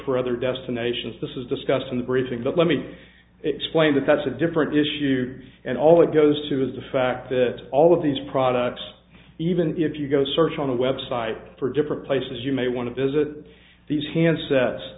for other destinations this is discussed in the briefing book let me explain that that's a different issue and all it goes to is the fact that all of these products even if you go search on the web site for different places you may want to visit these handsets